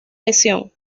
lesión